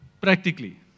Practically